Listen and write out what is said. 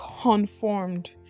conformed